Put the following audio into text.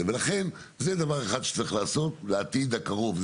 ולכן, זה דבר אחד שצריך לעשות בעתיד הקרוב.